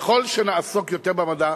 ולכן, ככל שנעסוק יותר במדע,